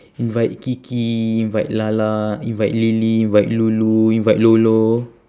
invite kiki invite lala invite lily invite lulu invite lolo